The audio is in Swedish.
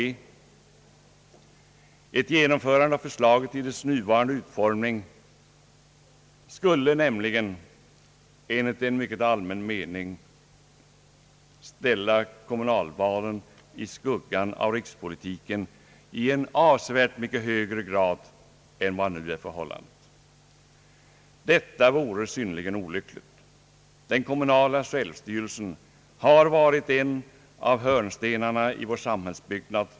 Ett genomförande av förslaget i dess nuvarande utformning skulle nämligen enligt en mycket allmän mening ställa kommunalvalen i skuggan av rikspolitiken i avsevärt mycket högre grad än vad nu är fallet. Detta vore synnerligen olyckligt. Den kommunala självstyrelsen har varit en av hörnstenarna i vår samhällsbyggnad.